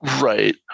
Right